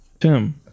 Tim